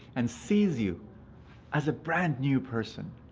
and sees you as a brand new person.